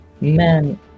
man